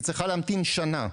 היא צריכה להמתין שנה.